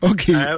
Okay